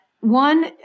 one